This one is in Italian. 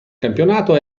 campionato